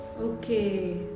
Okay